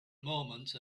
moment